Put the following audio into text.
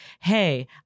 hey